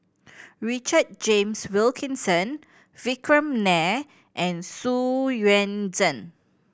Richard James Wilkinson Vikram Nair and Xu Yuan Zhen